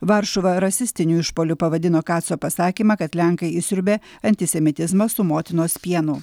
varšuva rasistiniu išpuoliu pavadino kaco pasakymą kad lenkai išsiurbė antisemitizmą su motinos pienu